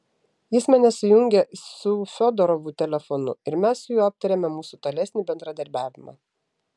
jis mane sujungė su fiodorovu telefonu ir mes su juo aptarėme mūsų tolesnį bendradarbiavimą